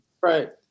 Right